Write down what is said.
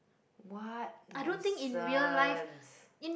what nonsense